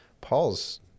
Paul's